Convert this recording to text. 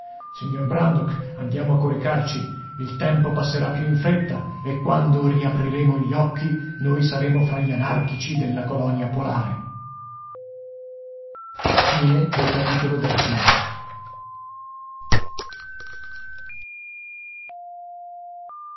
signor brandok andiamo a coricarci il tempo passerà più in fretta e quando riapriremo gli occhi noi saremo fra gli anarchici della colonia polare una